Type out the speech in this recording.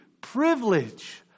privilege